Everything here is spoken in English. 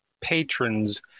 patrons